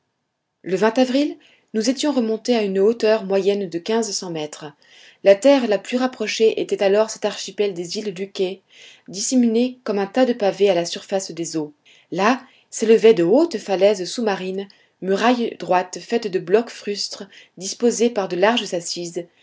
le avril nous étions remontés à une hauteur moyenne de quinze cents mètres la terre la plus rapprochée était alors cet archipel des îles lucayes disséminées comme un tas de pavés a la surface des eaux là s'élevaient de hautes falaises sous-marines murailles droites faites de blocs frustes disposés par larges assises